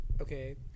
Okay